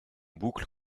boucle